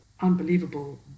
unbelievable